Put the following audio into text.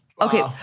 Okay